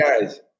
guys